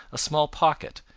a small pocket,